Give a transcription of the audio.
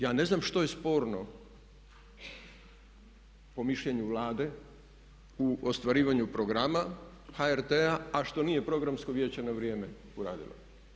Ja ne znam što je sporno po mišljenju Vlade u ostvarivanju programa HRT-a a što nije Programsko vijeće na vrijeme uradilo.